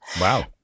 Wow